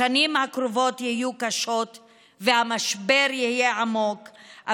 השנים הקרובות יהיו קשות והמשבר יהיה עמוק,